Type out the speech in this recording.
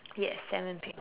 yes salmon pink